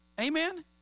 Amen